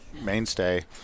mainstay